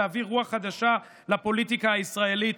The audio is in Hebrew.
להביא רוח חדשה לפוליטיקה הישראלית,